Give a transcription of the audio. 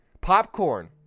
popcorn